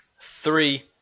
three